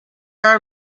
are